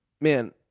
Man